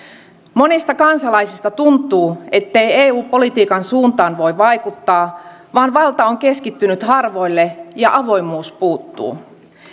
monista kansalaisista tuntuu ettei eu politiikan suuntaan voi vaikuttaa vaan valta on keskittynyt harvoille ja avoimuus puuttuu